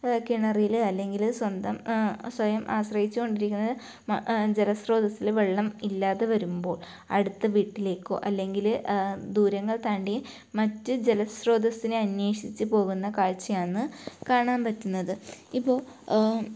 കിണറിൽ അല്ലെങ്കിൽ സ്വന്തം സ്വയം ആശ്രയിച്ചുകൊണ്ടിരിക്കുന്നത് മ ജെലസ്രോതസ്സിൽ വെള്ളം ഇല്ലാതെ വരുമ്പോൾ അടുത്ത വീട്ടിലേക്കോ അല്ലെങ്കിൽ ദൂരങ്ങൾ താണ്ടി മറ്റ് ജലസ്രോതസ്സിനെ അന്വേഷിച്ച് പോകുന്ന കാഴ്ചയാണ് കാണാൻ പറ്റുന്നത് ഇപ്പോൾ